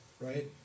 Right